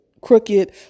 crooked